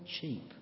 cheap